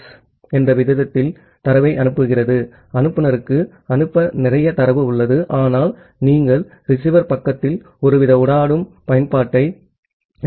S என்ற விகிதத்தில் தரவை அனுப்புகிறது அனுப்புநருக்கு அனுப்ப நிறைய தரவு உள்ளது ஆனால் நீங்கள் ரிசீவர் பக்கத்தில் ஒருவித ஊடாடும் பயன்பாட்டை இயக்குகிறீர்கள்